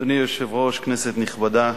אדוני היושב-ראש, כנסת נכבדה,